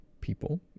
people